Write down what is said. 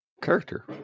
character